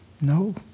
No